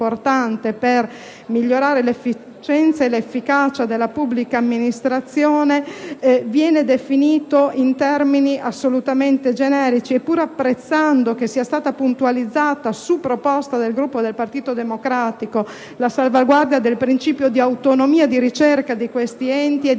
per migliorare l'efficienza e l'efficacia della pubblica amministrazione, viene definito in termini assolutamente generici. Pur apprezzando che sia stata puntualizzata, su proposta del Gruppo del Partito Democratico, la salvaguardia del principio di autonomia di ricerca e di